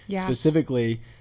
Specifically